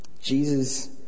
Jesus